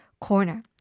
corner